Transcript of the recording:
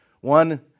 One